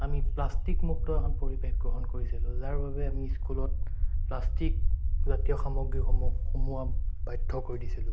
আমি প্লাষ্টিকমুক্ত এখন পৰিৱেশ গ্ৰহণ কৰিছিলোঁ যাৰ বাবে আমি স্কুলত প্লাষ্টিক জাতীয় সামগ্ৰীসমূহ সোমোৱা বাধ্য কৰি দিছিলোঁ